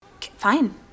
Fine